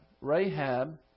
Rahab